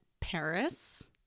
Paris